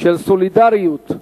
של סולידריות,